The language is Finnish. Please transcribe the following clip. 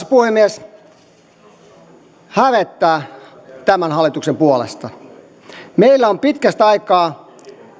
puhemies hävettää tämän hallituksen puolesta meillä on pitkästä aikaa